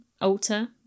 alter